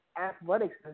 athletics